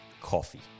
Coffee